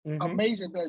amazing